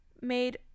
made